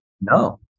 No